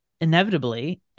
inevitably